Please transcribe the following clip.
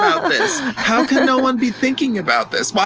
um how can no one be thinking about this?